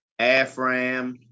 Afram